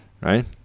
Right